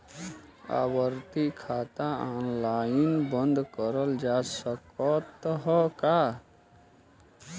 आवर्ती खाता ऑनलाइन बन्द करल जा सकत ह का?